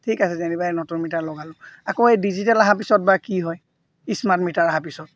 ঠিক আছে যেনিবা এই নতুন মিটাৰ লগালো আকৌ এই ডিজিটেল অহা পিছত বা কি হয় স্মাৰ্ট মিটাৰ আহাৰ পিছত